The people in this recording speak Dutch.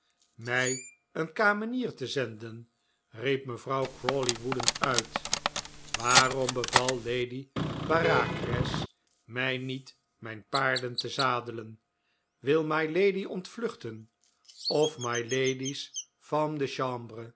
mij een kamenier te zenden riep mevrouw crawley woedend uit waarom beval lady bareacres mij niet mijn paarden te zadelen wil mylady ontvluchten of mylady's femme de chambre